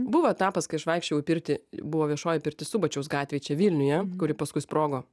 buvo etapas kai aš vaikščiojau į pirtį buvo viešoji pirtis subačiaus gatvėj vilniuje kuri paskui sprogo